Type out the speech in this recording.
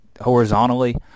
horizontally